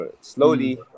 Slowly